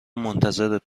منتظرت